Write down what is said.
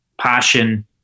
passion